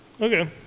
Okay